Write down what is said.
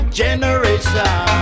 generation